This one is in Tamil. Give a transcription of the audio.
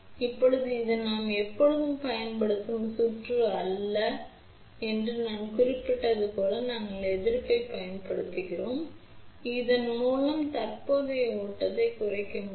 இப்போது இது நாம் எப்போதும் பயன்படுத்தும் சுற்று அல்ல என்று நான் குறிப்பிட்டது போல நாங்கள் எதிர்ப்பைப் பயன்படுத்துகிறோம் இதன் மூலம் தற்போதைய ஓட்டத்தை குறைக்க முடியும்